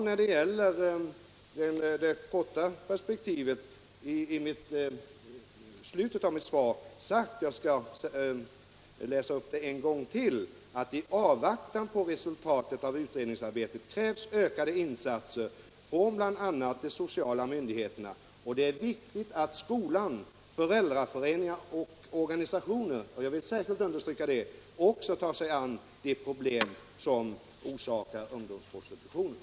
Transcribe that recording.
När det gäller det korta perspektivet säger jag i slutet av mitt svar: ”TI avvaktan på resultatet av utredningsarbetet krävs ökade insatser från bl.a. de sociala myndigheterna. Det är viktigt att skolan, föräldraföreningar och organisationer” — jag vill särskilt understryka det — ”också tar sig an de problem som orsakar ungdomsprostitutionen.”